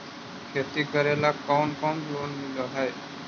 खेती करेला कौन कौन लोन मिल हइ?